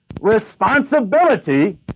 Responsibility